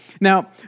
Now